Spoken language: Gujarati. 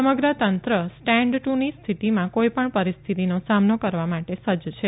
સમગ્ર તંત્ર સ્ટેન્ડ ટુની સ્થિતિમાં કોઇપણ પરીસ્થિતિનો સામનો કરવા માટે સજજ છે